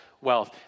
wealth